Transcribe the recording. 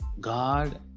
God